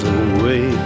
away